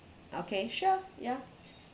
okay sure ya